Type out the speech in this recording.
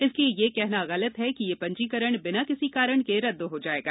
इसलिए यह कहना गलत है कि यह पंजीकरण बिना किसी कारण के रद्द हो जाएगा